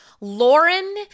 Lauren